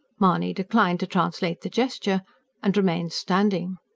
mahony declined to translate the gesture and remained standing.